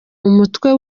umutwe